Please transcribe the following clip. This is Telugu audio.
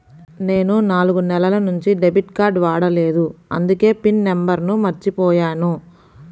నేను నాలుగు నెలల నుంచి డెబిట్ కార్డ్ వాడలేదు అందుకే పిన్ నంబర్ను మర్చిపోయాను